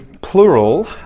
plural